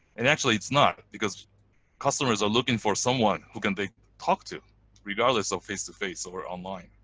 and actually it's not, because customers are looking for someone who can they talk to regardless of face to face or online.